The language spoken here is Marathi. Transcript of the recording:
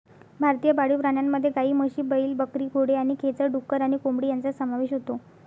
भारतीय पाळीव प्राण्यांमध्ये गायी, म्हशी, बैल, बकरी, घोडे आणि खेचर, डुक्कर आणि कोंबडी यांचा समावेश होतो